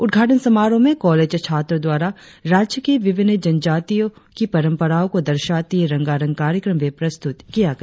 उद्घाटन समारोह में कॉलेज छात्रों द्वारा राज्य की विभिन्न जनजातियों की परंपरा को दर्शाती रंगारंग कार्यक्रम भी प्रस्तुत किया गया